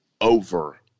over